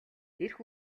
эрх